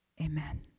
Amen